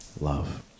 Love